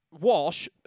Walsh